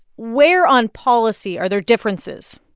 where on policy are there differences?